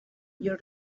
your